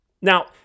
Now